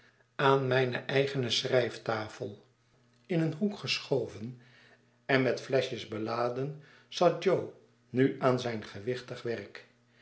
aan mijne eigene schrijftafel in een hoek geschoven en met fleschjes beladen zat jo nuaan zijn gewichtig werk